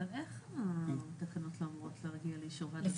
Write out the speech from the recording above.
אבל איך התקנות לא אמורות להגיע לאישור הוועדה?